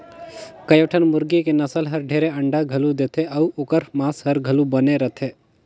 कयोठन मुरगी के नसल हर ढेरे अंडा घलो देथे अउ ओखर मांस हर घलो बने रथे